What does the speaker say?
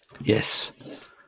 Yes